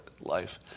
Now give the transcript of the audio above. life